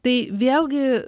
tai vėlgi